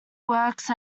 worked